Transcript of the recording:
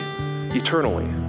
eternally